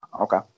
Okay